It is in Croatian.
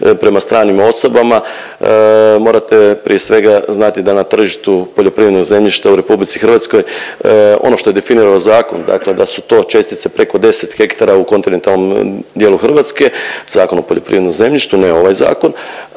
prema stranim osobama, morate prije svega znati da na tržištu poljoprivrednog zemljišta u RH ono što je definirao zakon, dakle da su to čestice preko 10 hektara u kontinentalnom dijelu Hrvatske, Zakon o poljoprivrednom zemljištu, ne ovaj Zakon,